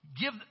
Give